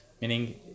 Meaning